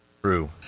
True